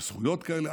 בזכויות כאלה,